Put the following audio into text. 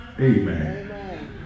Amen